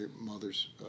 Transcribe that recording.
mother's